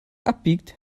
abbiegt